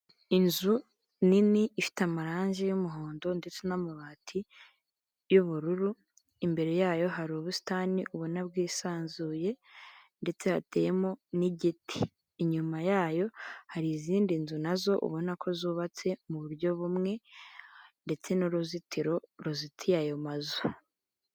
Inzu nini ifite amarangi y'umuhondo ndetse n'amabati y'ubururu, imbere yayo hari ubusitani ubona bwisanzuye ndetse hateyemo n'igiti, inyuma yayo hari izindi nzu nazo ubona ko zubatse mu buryo bumwe ndetse n'uruzitiro ruzitiye ayo mazu.